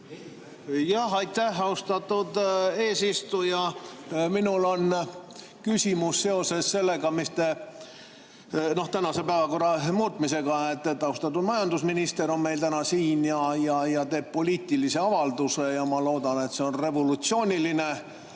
Aitäh, austatud eesistuja! Minul on küsimus seoses tänase päevakorra muutmisega. Austatud majandusminister on meil täna siin ja teeb poliitilise avalduse. Ma loodan, et see on revolutsiooniline,